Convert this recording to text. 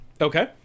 Okay